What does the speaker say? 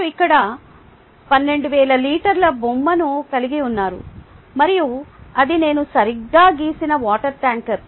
వారు ఇక్కడ 12000 లీటర్ల బొమ్మను కలిగి ఉన్నారు మరియు అది నేను సరిగ్గా గీసిన వాటర్ ట్యాంకర్